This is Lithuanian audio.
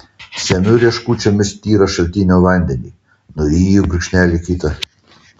semiu rieškučiomis tyrą šaltinio vandenį nuryju gurkšnelį kitą